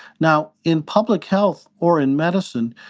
now in public health or in medicine,